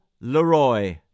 Leroy